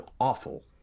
awful